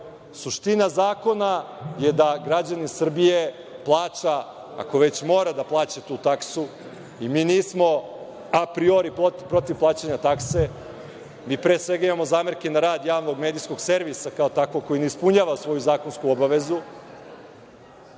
brojila. Suština zakona je da građanin Srbije plaća, ako već mora da plaća tu taksu, i mi nismo apriori protiv plaćanja takse, mi pre svega imamo zamerke na rad Javnog medijskog servisa, kao takvog, koji ne ispunjava svoju zakonsku obavezu.